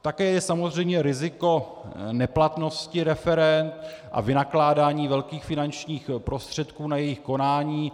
Také je samozřejmě riziko neplatnosti referend a vynakládání velkých finančních prostředků na jejich konání.